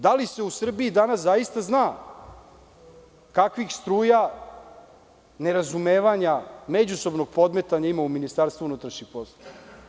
Da li se u Srbiji danas zaista zna kakvih struja nerazumevanja i međusobnog podmetanja ima u Ministarstvu unutrašnjih poslova?